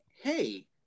hey